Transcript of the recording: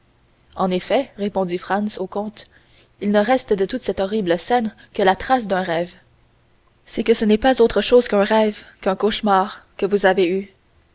en effet répondit franz au comte il ne reste de toute cette horrible scène que la trace d'un rêve c'est que ce n'est pas autre chose qu'un rêve qu'un cauchemar que vous avez eu